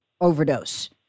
overdose